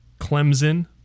Clemson